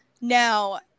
now